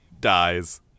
dies